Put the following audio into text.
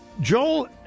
Joel